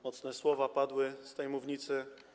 Mocne słowa padły z tej mównicy.